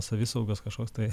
savisaugos kažkoks tai